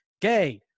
gay